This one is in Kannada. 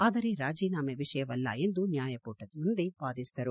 ಆದರೆ ರಾಜೀನಾಮ ವಿಷಯವಲ್ಲ ಎಂದು ನ್ಕಾಯಪೀಠದ ಮುಂದೆ ವಾದಿಸಿದರು